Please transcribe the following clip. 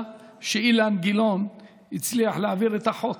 שאילן גילאון הצליח להעביר את החוק.